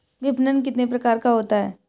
विपणन कितने प्रकार का होता है?